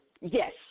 Yes